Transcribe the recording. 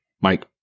Mike